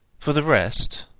for the rest,